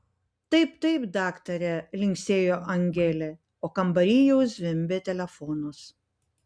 taip taip daktare linksėjo angelė o kambary jau zvimbė telefonas